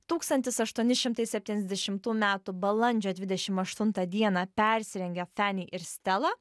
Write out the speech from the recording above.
tūkstantis aštuoni šimtai septyniasdešimtų metų balandžio dvidešim aštuntą dieną persirengę fani ir stela